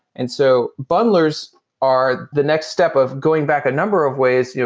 and so bundlers are the next step of going back a number of ways. yeah